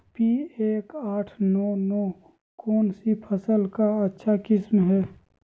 P एक आठ नौ नौ कौन सी फसल का अच्छा किस्म हैं?